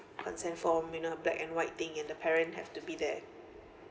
consent form you know black and white thing and the parent have to be there